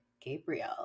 Gabriel